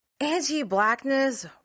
Anti-blackness